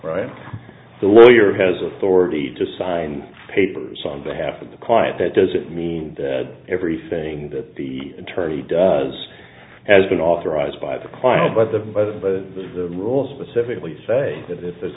or the lawyer has authority to sign papers on behalf of the client that doesn't mean that everything that the attorney does has been authorized by the quiet but the by the rules specifically say that if there's